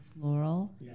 floral